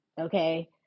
Okay